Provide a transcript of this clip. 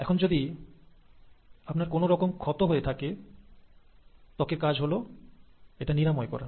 এখন যদি আপনার কোনো রকম ক্ষত হয়ে থাকে ত্বকের কাজ হলো এটা নিরাময় করা